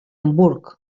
hamburg